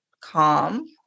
calm